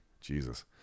Jesus